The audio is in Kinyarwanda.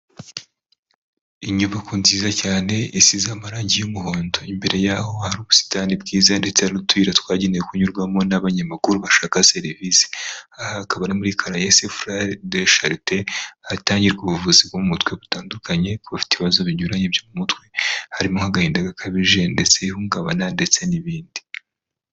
Inyubako nziza cyane isize amarangi y'umuhondo, imbere yaho hari ubusitani bwiza ndetse n'utuyira twagenewe kunyurwamo n'abanyamakuru bashaka serivisi, aha hakaba ari muri karayesi, futaya deshalite hatangirwa ubuvuzi bwo mu mutwe butandukanye abafite ibibazo binyuranye byo mu mutwe harimo agahinda gakabije ndetse ihungabana ndetse n'ibindi.